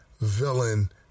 villain